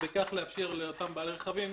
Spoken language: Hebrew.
וכך לאפשר לאותם בעלי רכבים